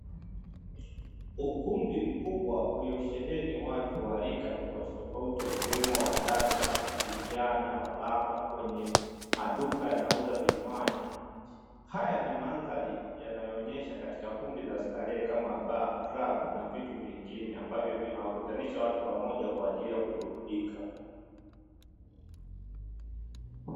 Ukumbi mkubwa uliosheheni watu wa rika tofautitofauti wakiwemo; wadada, vijana, wababa wenye maduka yanayouza vinywaji haya ni mandhari yanayoonyesha katika kumbi za starehe kama; baa, klabu na vitu vingine ambavyo vinawakutanisha watu kwa pamoja kwa ajili ya kuburudika.